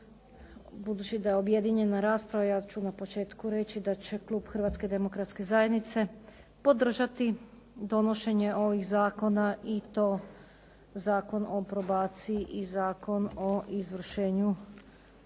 budući da je objedinjena rasprava ja ću na početku reći da će klub Hrvatske demokratske zajednice podržati donošenje ovih zakona i to Zakon o probaciji i Zakon o izvršenju sankcija